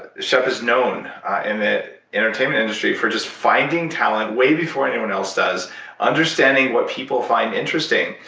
shep is known in the entertainment industry for just finding talent way before anyone else does understanding what people find interesting.